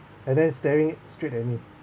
and then staring straight at me